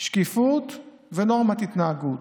שקיפות ונורמת התנהגות.